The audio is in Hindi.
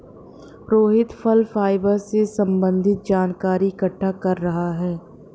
रोहित फल फाइबर से संबन्धित जानकारी इकट्ठा कर रहा है